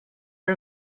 are